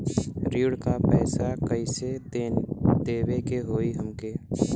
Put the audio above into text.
ऋण का पैसा कइसे देवे के होई हमके?